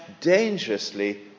dangerously